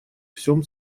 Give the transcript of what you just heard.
всем